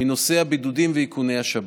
מנושא הבידודים ואיכוני השב"כ.